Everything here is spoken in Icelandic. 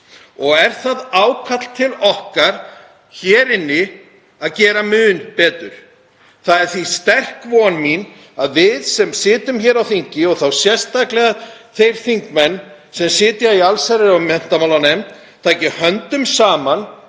og er það ákall til okkar hér inni að gera mun betur. Það er því sterk von mín að við sem sitjum hér á þingi, og þá sérstaklega þeir þingmenn sem sitja í allsherjar- og menntamálanefnd, taki höndum saman